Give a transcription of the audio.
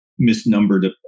misnumbered